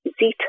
Zito